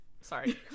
sorry